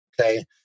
Okay